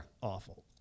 awful